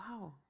Wow